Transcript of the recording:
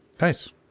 Nice